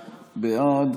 בעד.